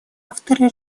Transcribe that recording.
авторы